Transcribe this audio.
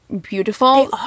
beautiful